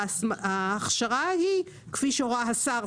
ההכשרה היא כפי שהורה השר,